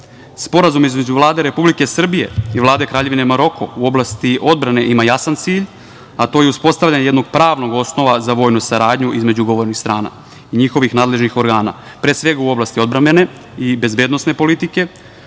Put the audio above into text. Sporazum između Vlade Republike Srbije i Vlade Kraljevine Maroko u oblasti odbrane ima jasan cilj, a to je uspostavljanje jednog pravnog osnova za vojnu saradnju između ugovornih strana i njihovih nadležnih organa, pre svega u oblasti odbrambene i bezbednosne politike,